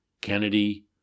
Kennedy